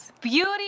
Beauty